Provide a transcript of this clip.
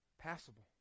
passable